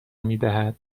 میدهد